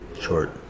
short